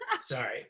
Sorry